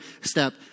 step